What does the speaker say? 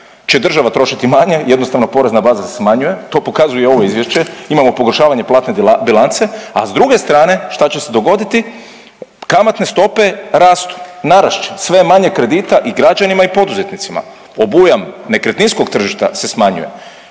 će država trošiti manje, jednostavno porezna baza se smanjuje, to pokazuje i ovo Izvješće. Imamo pogoršavanje platne bilance. A s druge strane što će se dogoditi? Kamatne stope rastu. Narast će. Sve je manje kredita i građanima i poduzetnicima. Obujam nekretninskog tržišta se smanjuje.